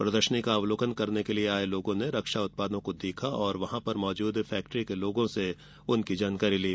प्रदर्शनी का अवलोकन करने के लिए आए लोगों ने रक्षा उत्पादों को देखा और वहां पर मौजूद फैक्ट्री के लोगों से जानकारी ली